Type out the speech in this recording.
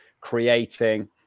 creating